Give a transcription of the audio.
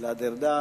גלעד ארדן,